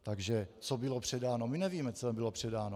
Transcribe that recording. Takže co bylo předáno my nevíme, co bylo předáno.